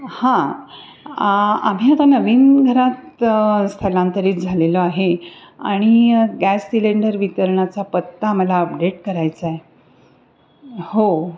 हां आ आम्ही आता नवीन घरात स्थलांतरित झालेलो आहे आणि गॅस सिलेंडर वितरणाचा पत्ता आम्हाला अपडेट करायचा आहे हो